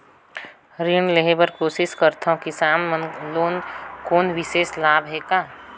ऋण लेहे बर कोशिश करथवं, किसान मन ल कोनो विशेष लाभ हे का?